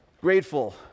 grateful